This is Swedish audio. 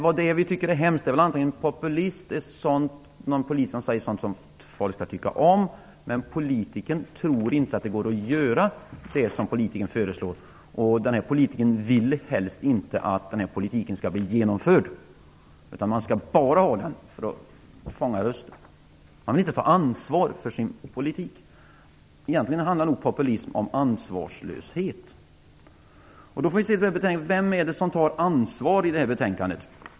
Kanske är en populist en som säger sådant som folk skall tycka om, men samtidigt tror politikern inte att det går att göra det som politikern föreslår, och politikern vill helst inte att den politiken skall bli genomförd. Man skall bara ha den för att fånga röster. Man vill inte ta ansvar för sin politik. Egentligen handlar nog populism om ansvarslöshet. Vem är det som tar ansvar i det här betänkandet?